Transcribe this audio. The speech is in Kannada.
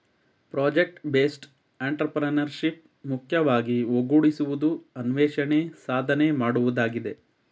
ಪ್ರಾಜೆಕ್ಟ್ ಬೇಸ್ಡ್ ಅಂಟರ್ಪ್ರಿನರ್ಶೀಪ್ ಮುಖ್ಯವಾಗಿ ಒಗ್ಗೂಡಿಸುವುದು, ಅನ್ವೇಷಣೆ, ಸಾಧನೆ ಮಾಡುವುದಾಗಿದೆ